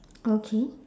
okay